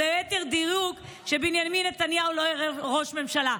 או ליתר דיוק שבנימין נתניהו לא יהיה ראש ממשלה.